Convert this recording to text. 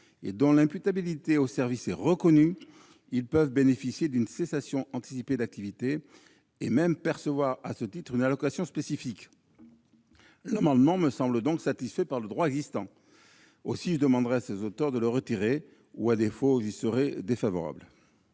et dont l'imputabilité au service est reconnue, ils peuvent bénéficier d'une cessation anticipée d'activité et même percevoir, à ce titre, une allocation spécifique. L'amendement me semble donc satisfait par le droit existant. Je demande à ses auteurs de le retirer ; à défaut, l'avis sera défavorable.